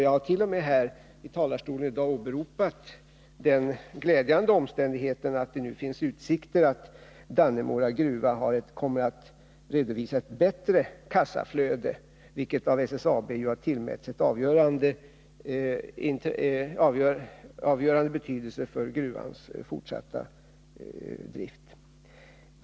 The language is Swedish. Jag har t.o.m. i talarstolen i dag åberopat den glädjande omständigheten att det nu finns utsikter för att Dannemora gruva kommer att redovisa ett bättre kassaflöde, vilket av SSAB har tillmätts avgörande betydelse när det gäller gruvans fortsatta drift.